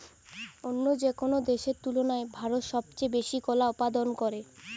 অন্য যেকোনো দেশের তুলনায় ভারত সবচেয়ে বেশি কলা উৎপাদন করে